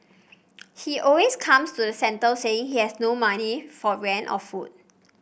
he always comes to the centre saying he has no money for rent or food